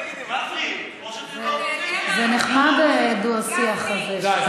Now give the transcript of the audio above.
תגידי, גפני, או, זה נחמד, הדו-שיח הזה.